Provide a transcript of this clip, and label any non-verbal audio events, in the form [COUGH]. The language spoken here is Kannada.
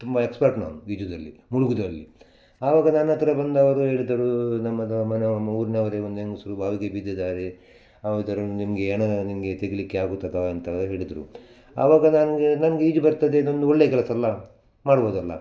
ತುಂಬ ಎಕ್ಸ್ಪರ್ಟ್ ನಾನು ಈಜುದ್ರಲ್ಲಿ ಮುಳ್ಗುದ್ರಲ್ಲಿ ಆವಾಗ ನನ್ನ ಹತ್ತಿರ ಬಂದು ಅವರು ಹೇಳಿದರು ನಮ್ಮದು ಮನೆ ಮ್ ಊರಿನವ್ರೆ ಒಂದು ಹೆಂಗಸ್ರು ಬಾವಿಗೆ ಬಿದ್ದಿದ್ದಾರೆ [UNINTELLIGIBLE] ನಿಮಗೆ ಹೆಣನ ನಿಮಗೆ ತೆಗೀಲಿಕ್ಕೆ ಆಗುತ್ತದ್ಯಾ ಅಂತ ಹೇಳಿದರು ಆವಾಗ ನನಗೆ ನನಗೆ ಈಜು ಬರ್ತದೆ ಇದೊಂದು ಒಳ್ಳೆಯ ಕೆಲಸವಲ್ಲ ಮಾಡ್ಬೋದಲ್ಲ